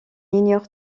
ignore